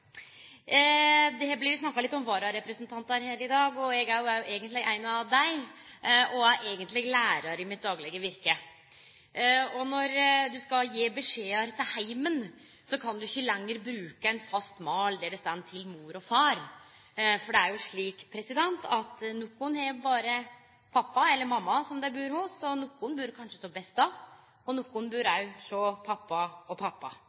vararepresentantar her i dag, og eg er òg eigentleg ein av dei. Eg er lærar i mitt daglege virke. Når du som lærar skal gje beskjedar til heimen, kan du ikkje lenger bruke ein fast mal der det står: til mor og far. For det er jo slik at nokon har berre pappa, eller mamma, som dei bur hos, og nokon bur kanskje hos besta, og nokon bur òg hos pappa og pappa.